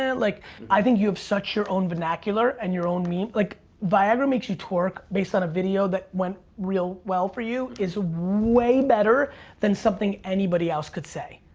and like i think you have such your own vernacular and your own meme, like viagra makes your twerk based on a video that went real well for you, is way better than something anybody else could say.